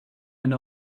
and